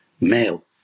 male